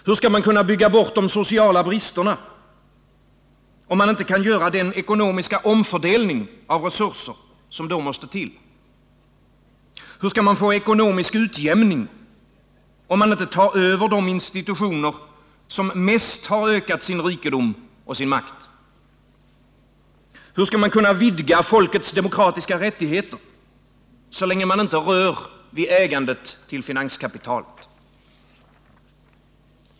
Hur skall man kunna bygga bort de sociala bristerna, om man inte kan göra den ekonomiska omfördelning av resurser, som då måste till? Hur skall man få ekonomisk utjämning, om man inte tar över de institutioner som mest ökat sin rikedom och sin makt? Hur skall man kunna vidga folkets demokratiska rättigheter, så länge man inte rör vid ägandet till finanskapitalet?